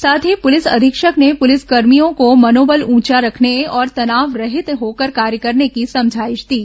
साथ ही पुलिस अधीक्षक ने पुलिसकर्मियों को मनोबल ऊंचा रखने और तनावरहित होकर कार्य करने की समझाइश दी